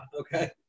Okay